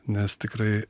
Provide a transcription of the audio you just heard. nes tikrai